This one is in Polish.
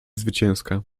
zwycięska